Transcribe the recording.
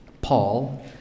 Paul